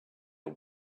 are